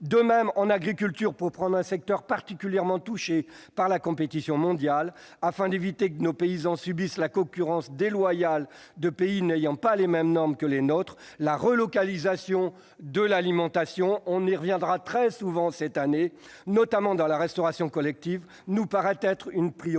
De même, en agriculture, pour citer un secteur particulièrement touché par la compétition mondiale, afin d'éviter que nos paysans ne subissent la concurrence déloyale des pays n'ayant pas les mêmes normes que les nôtres, la relocalisation de l'alimentation- nous aurons l'occasion de revenir très souvent sur ce sujet cette année -, notamment dans la restauration collective, nous paraît une priorité.